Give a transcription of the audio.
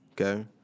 okay